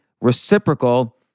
reciprocal